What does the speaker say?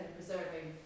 preserving